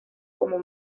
como